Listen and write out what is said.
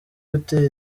gutera